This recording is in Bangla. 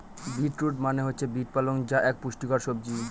বিট রুট মনে হচ্ছে বিট পালং যা এক পুষ্টিকর সবজি